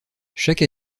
chaque